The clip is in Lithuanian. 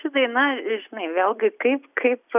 ši daina žinai vėlgi kaip kaip